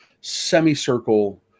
semicircle